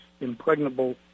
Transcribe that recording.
impregnable